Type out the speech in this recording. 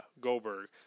Goldberg